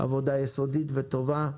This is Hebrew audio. עבודה יסודית וטובה.